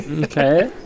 Okay